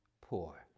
poor